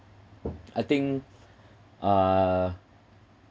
I think uh